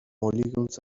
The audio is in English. molecules